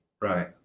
Right